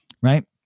Right